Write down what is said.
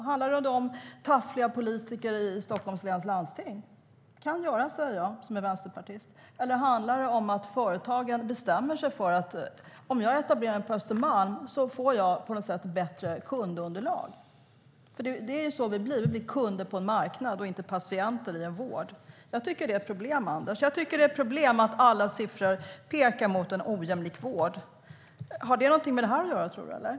Handlar det om taffliga politiker i Stockholms läns landsting? Det kan det göra, säger jag som är vänsterpartist. Eller handlar det om att företag bestämmer sig för att de får bättre kundunderlag om de etablerar sig på Östermalm? Vi blir kunder på en marknad, inte patienter i vården. Det är ett problem.